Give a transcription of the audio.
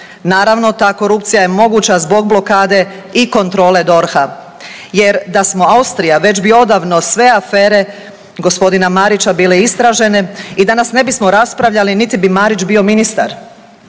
Naravno, ta korupcija je moguća zbog blokade i kontrole DORH-a, jer da smo Austrija već bi odavno sve afere gospodina Marića bile istražene i danas ne bismo raspravljali, niti bi Marić bio ministar.